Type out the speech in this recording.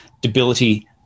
debility